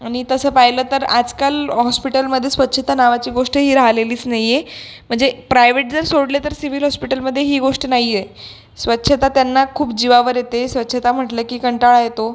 आणि तसं पाहिलं तर आजकाल हॉस्पिटलमध्ये स्वच्छता नावाची गोष्ट ही राहिलेलीच नाही आहे म्हणजे प्रायव्हेट जर सोडले तर सिव्हिल हॉस्पिटलमध्ये ही गोष्ट नाही आहे स्वच्छता त्यांना खूप जीवावर येते स्वच्छता म्हटलं की कंटाळा येतो